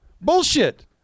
Bullshit